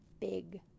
big